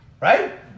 Right